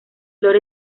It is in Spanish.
flor